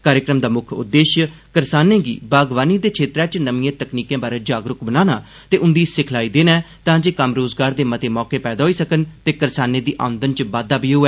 कार्यक्रम दा मुक्ख उद्देश्य करसानें गी बागवानी दे क्षेत्रें च नमिएं तकनीकें बारै जागरुक बनाना ते उन्दी सिखलाई देना ऐ तांजे कम्म रोजगार दे मते मौके पैदा होई सकन ते करसानें दी औंदन च बाद्दा बी होऐ